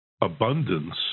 abundance